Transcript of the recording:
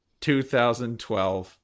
2012